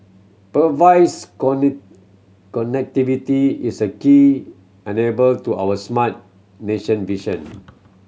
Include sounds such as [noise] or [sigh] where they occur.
[unintelligible] connectivity is a key enable to our smart nation vision